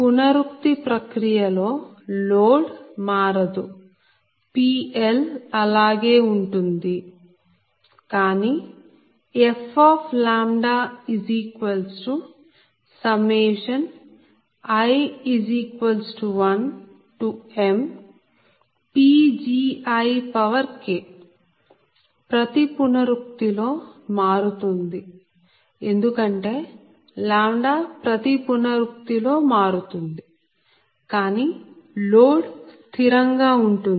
పునరుక్తి ప్రక్రియ లో లోడ్ మారదు PL అలాగే ఉంటుంది కానీ fi1mPgiK ప్రతి పునరుక్తి లో మారుతోందిఎందుకంటే ప్రతి పునరుక్తి లో మారుతుంది కానీ లోడ్ స్థిరం గా ఉంటుంది